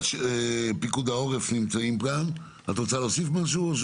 פיקוד העורף רוצים להוסיף משהו?